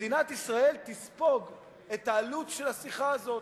מדינת ישראל תספוג את העלות של השיחה הזאת.